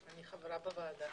אני חברה בוועדה.